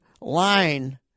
line